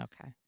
Okay